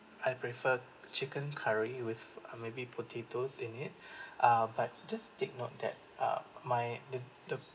I prefer chicken curry with uh maybe potatoes in it uh but just take note that uh my the the